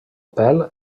pèl